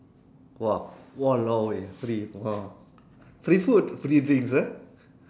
!wah! !walao! eh free food free drinks ah